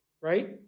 right